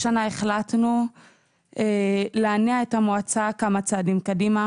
השנה החלטנו להניע את המועצה כמה צעדים קדימה